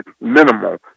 minimal